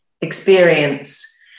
experience